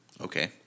Okay